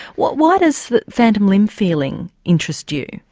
why does that phantom limb feeling interest you?